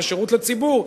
זה שירות לציבור,